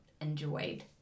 enjoyed